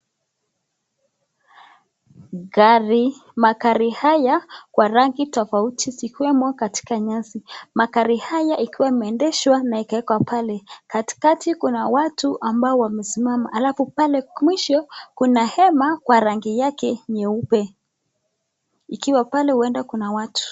Magari haya kwa rangi tofauti zikiwemo katika nyasi magari haya ikiwa imeendeshwa na ikaekwa pale katikati. Kuna watu ambao wamesimama alafu pale mwisho kuna hema kwa rangi yake nyeupe ikiwa pale huenda kuna watu.